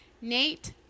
Nate